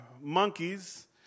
monkeys